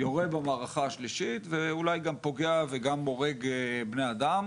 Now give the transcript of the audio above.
יורה במערכה השלישית ואולי גם פוגע וגם הורג בני אדם.